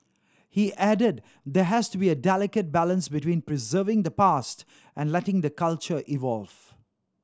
he added there has to be a delicate balance between preserving the past and letting the culture evolve